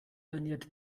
ernährt